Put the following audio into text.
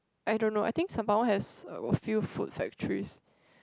I don't know I think Sembawang has a few food factories